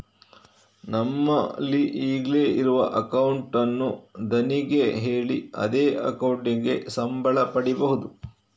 ನಮ್ಮಲ್ಲಿ ಈಗ್ಲೇ ಇರುವ ಅಕೌಂಟ್ ಅನ್ನು ಧಣಿಗೆ ಹೇಳಿ ಅದೇ ಅಕೌಂಟಿಗೆ ಸಂಬಳ ಪಡೀಬಹುದು